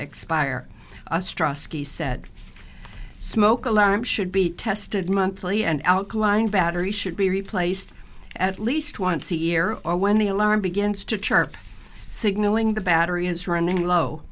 expire ostrowski said smoke alarm should be tested monthly and alkaline batteries should be replaced at least once a year or when the alarm begins to chirp signaling the battery is running low